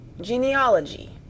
Genealogy